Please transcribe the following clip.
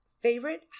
Favorite